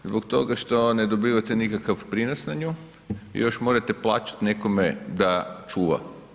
Zbog toga što ne dobivate nikakav prinos na nju i još morate plaćati nekome da čuva.